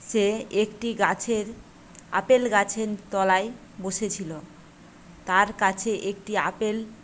সে একটি গাছের আপেল গাছের তলায় বসেছিল তার কাছে একটি আপেল